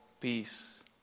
peace